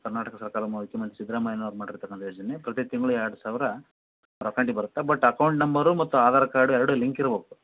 ಕರ್ನಾಟಕ ಸರ್ಕಾರ ಮುಖ್ಯಮಂತ್ರಿ ಸಿದ್ದರಾಮಯ್ನೋರು ಮಾಡಿರತಕ್ಕಂಥ ಯೋಜನೆ ಪ್ರತಿ ತಿಂಗಳು ಎರಡು ಸಾವಿರ ಅವ್ರ ಅಕೌಂಟಿಗೆ ಬರುತ್ತೆ ಬಟ್ ಅಕೌಂಟ್ ನಂಬರು ಮತ್ತು ಆಧಾರ್ ಕಾರ್ಡು ಎರಡೂ ಲಿಂಕ್ ಇರ್ಬೇಕು